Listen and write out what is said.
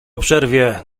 przerwie